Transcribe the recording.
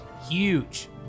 Huge